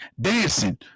dancing